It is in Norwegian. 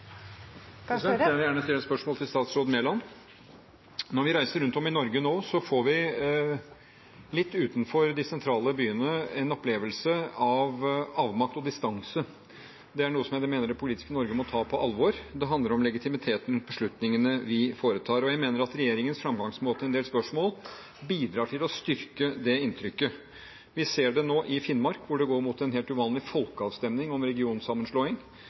Jeg vil gjerne stille et spørsmål til statsråd Mæland. Når vi reiser rundt i Norge nå, får vi – litt utenfor de sentrale byene – en opplevelse av avmakt og distanse. Det er noe jeg mener det politiske Norge må ta på alvor. Det handler om legitimiteten for beslutningene vi foretar. Jeg mener at regjeringens framgangsmåte i en del spørsmål bidrar til å styrke det inntrykket. Vi ser det nå i Finnmark, hvor det går mot en helt uvanlig folkeavstemning om regionsammenslåing,